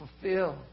fulfill